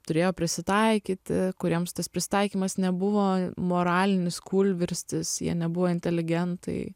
turėjo prisitaikyti kuriems tas prisitaikymas nebuvo moralinis kūlvirstis jie nebuvo inteligentai